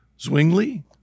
Zwingli